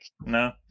No